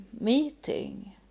meeting